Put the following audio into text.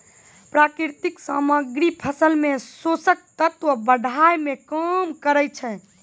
प्राकृतिक सामग्री फसल मे पोषक तत्व बढ़ाय में काम करै छै